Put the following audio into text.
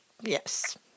Yes